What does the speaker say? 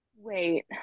Wait